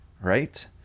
Right